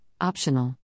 optional